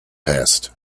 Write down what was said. passed